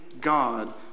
god